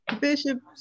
Bishop